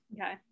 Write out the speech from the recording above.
okay